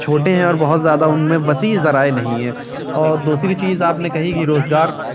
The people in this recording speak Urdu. چھوٹے ہیں اور بہت زیادہ ان میں وسیع ذرائع نہیں ہے اور دوسری چیز آپ نے کہی کہ روزگار